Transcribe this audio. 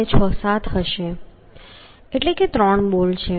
એટલે કે ત્રણ બોલ્ટ છે